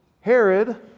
Herod